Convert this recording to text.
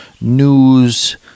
news